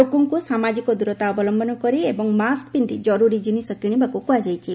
ଲୋକଙ୍କୁ ସାମାଜିକ ଦୂରତା ଅବଲମ୍ମନ କରି ଏବଂ ମାସ୍କ ପିନ୍ଧି ଜରୁରୀ ଜିନିଷ କିଶିବାକୁ କୁହାଯାଇଛି